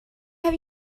have